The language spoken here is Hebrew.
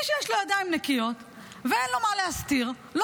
מי שיש לו ידיים נקיות ואין לו מה להסתיר לא